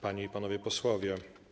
Panie i Panowie Posłowie!